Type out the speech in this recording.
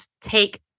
take